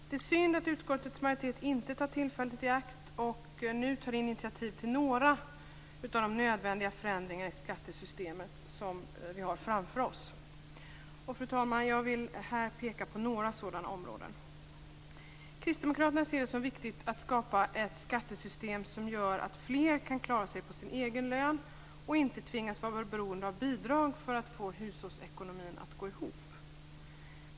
Det är synd att utskottets majoritet inte tar tillfället i akt och nu tar initiativ till några av de nödvändiga förändringar i skattesystemet som vi har framför oss. Fru talman! Jag vill här peka på några sådana områden. Kristdemokraterna ser det som viktigt att skapa ett skattesystem som gör att fler kan klara sig på sin egen lön och inte tvingas vara beroende av bidrag för att få hushållsekonomin att gå ihop.